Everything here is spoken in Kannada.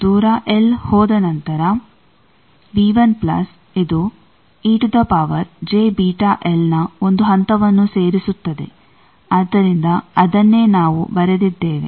ದೂರ ಎಲ್ ಹೋದ ನಂತರ ಇದು ನ ಒಂದು ಹಂತವನ್ನು ಸೇರಿಸುತ್ತದೆ ಆದ್ದರಿಂದ ಅದನ್ನೇ ನಾವು ಬರೆದಿದ್ದೇವೆ